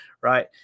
right